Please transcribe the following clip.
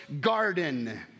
garden